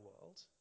world